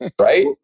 right